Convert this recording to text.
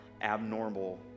abnormal